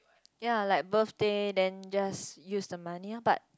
ya like birthday then just use the money loh but